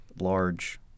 large –